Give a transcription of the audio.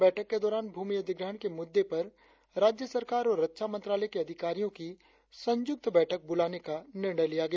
बैठक के दौरान भ्रमि अधिग्रहण के मुद्दे पर राज्य सरकार और रक्षा मंत्रालय के अधिकारियों की संयुक्त बैठक बुलाने का निर्णय लिया गया